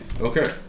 Okay